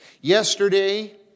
Yesterday